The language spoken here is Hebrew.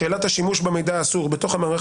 שאלת השימוש במידע האסור בתוך המערך